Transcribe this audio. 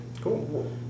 Cool